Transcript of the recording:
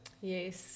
Yes